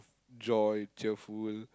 joy cheerful